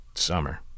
Summer